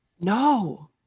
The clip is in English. no